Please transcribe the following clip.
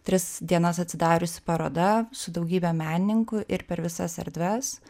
tris dienas atsidariusi paroda su daugybe menininkų ir per visas erdves